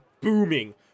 booming